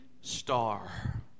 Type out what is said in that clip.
star